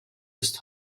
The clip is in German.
ist